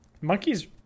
Monkeys